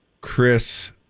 Chris